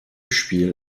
spiel